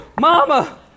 Mama